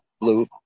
blue